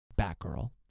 Batgirl